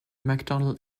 mcdonnell